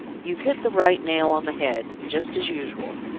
you're hit the right nail on the head, just as usual.